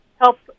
help